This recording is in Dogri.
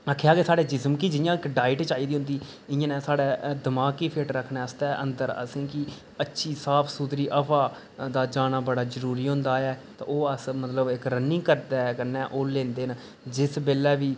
आक्खेआ के साढ़े जिस्म गी जियां डाइट चाहिदी होंदी इयै नेह् साढ़े दिमाक गी फिट रक्खने आस्तै अंदर असेंगी अच्छी साफ सुथरी हबा दा जाना बड़ा जरूरी होंदा ऐ ते ओह् अस इक मतलब रनिंग करने कन्नै ओह् लैंदे न जिस बेल्लै बी